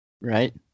Right